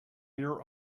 your